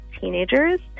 teenagers